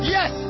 Yes